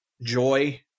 joy